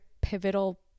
pivotal